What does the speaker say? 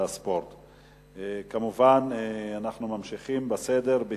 אנחנו ממשיכים בסדר-היום.